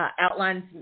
Outlines